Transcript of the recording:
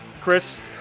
Chris